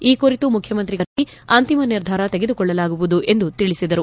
ಈ ಕುರಿತು ಮುಖ್ಯಮಂತ್ರಿಗಳ ಜೊತೆ ಚರ್ಚಿಸಿ ಅಂತಿಮ ನಿರ್ಧಾರ ತೆಗೆದುಕೊಳ್ಳಲಾಗುವುದು ಎಂದು ತಿಳಿಸಿದರು